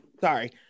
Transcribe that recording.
sorry